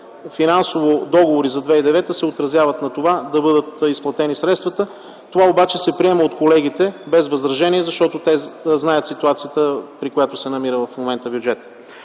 финансови договори за 2009 г. се отразяват на това да бъдат изплатените средствата. Това обаче се приема от колегите без възражения от колегите, защото те знаят ситуацията, при която се намира бюджетът